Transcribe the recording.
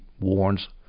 warns